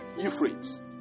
Euphrates